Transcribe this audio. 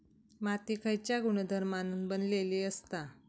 माती खयच्या गुणधर्मान बनलेली असता?